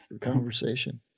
conversation